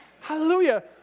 Hallelujah